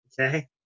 okay